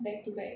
back to back